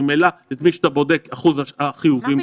ממילא אחוז החיובים יותר גבוה.